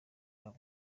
hamwe